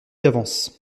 d’avance